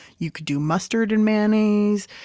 you could do mustard and mayonnaise.